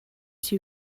two